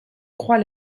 croix